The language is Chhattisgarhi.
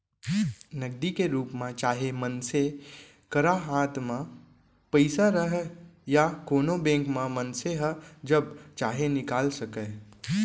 नगदी के रूप म चाहे मनसे करा हाथ म पइसा रहय या कोनों बेंक म मनसे ह जब चाहे निकाल सकय